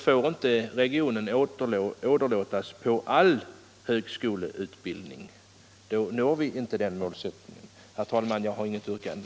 får inte regionen åderlåtas på all högskoleutbildning. Då kan vi inte förverkliga den målsättningen. Herr talman! Jag har inget yrkande.